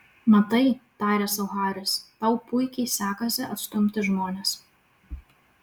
matai tarė sau haris tau puikiai sekasi atstumti žmones